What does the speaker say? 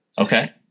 Okay